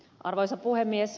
arvoisa puhemies